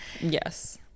Yes